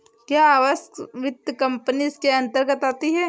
क्या आवास वित्त कंपनी इसके अन्तर्गत आती है?